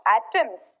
atoms